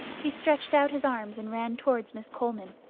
he stretched out his arms and ran towards miss coleman.